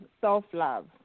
self-love